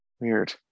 weird